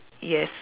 yes